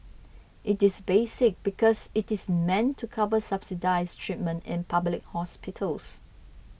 it is basic because it is meant to cover subsidised treatment in public hospitals